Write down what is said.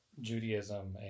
judaism